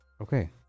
Okay